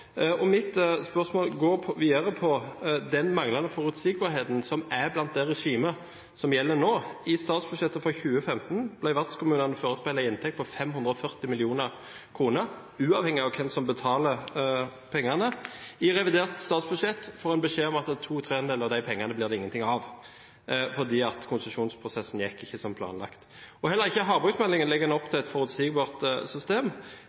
Mitt spørsmål går videre på den manglende forutsigbarheten som er i det regimet som gjelder nå. I statsbudsjettet for 2015 ble vertskommunene forespeilet en inntekt på 540 mill. kr – uavhengig av hvem som betaler pengene. I revidert statsbudsjett får en beskjed om at to tredjedeler av de pengene blir det ingenting av, fordi konsesjonsprosessen ikke gikk som planlagt. Heller ikke i havbruksmeldingen legger en opp til et forutsigbart system.